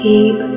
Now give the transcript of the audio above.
Keep